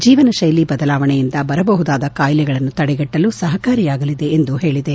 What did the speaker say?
ಜೀವನ ಶೈಲಿ ಬದಲಾವಣೆಯಿಂದ ಬರಬಹುದಾದ ಕಾಯಿಲೆಗಳನ್ನು ತಡೆಗಟ್ಟಲು ಸಹಕಾರಿಯಾಗಲಿದೆ ಎಂದು ಹೇಳಿದೆ